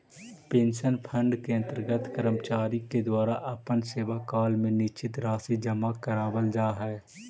pension fund के अंतर्गत कर्मचारि के द्वारा अपन सेवाकाल में निश्चित राशि जमा करावाल जा हई